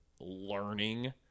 learning